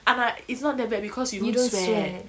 and like it's not that bad because you don't sweat